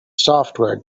software